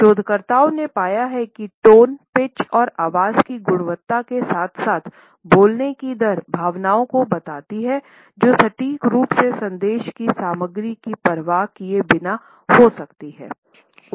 शोधकर्ताओं ने पाया है कि टोन पिच और आवाज़ की गुणवत्ता के साथ साथ बोलने की दर भावनाओं को बताती है जो सटीक रूप से संदेश की सामग्री की परवाह किए बिना हो सकती है